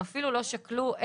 הם אפילו לא שקלו'.